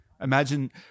Imagine